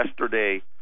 yesterday